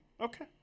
Okay